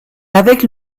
avec